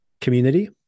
community